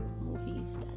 movies